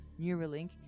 Neuralink